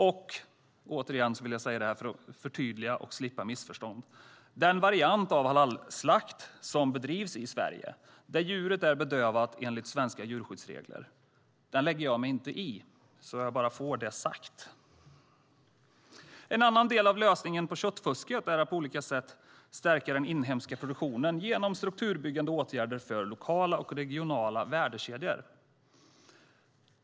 Jag vill återigen säga detta för att förtydliga och för att slippa missförstånd: Den variant av halalslakt som bedrivs i Sverige, där djuret är bedövat enligt svenska djurskyddsregler, lägger jag mig inte i. Jag vill bara få detta sagt. En annan del av lösningen på köttfusket är att på olika sätt stärka den inhemska produktionen genom strukturbyggande åtgärder för lokala och regionala värdekedjor.